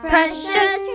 Precious